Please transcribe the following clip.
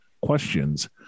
questions